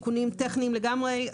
אלה תיקונים טכניים לגמרי,